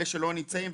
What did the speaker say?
האלה שלא נמצאים,